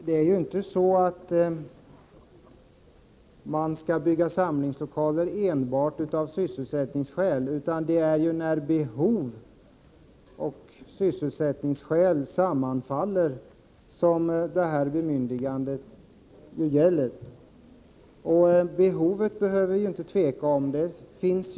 Herr talman! Man skall ju inte bygga samlingslokaler enbart av sysselsättningsskäl, men bemyndigandet kommer i fråga när behov och sysselsättningsskäl sammanfaller. Behovet behöver det inte råda något tvivel om.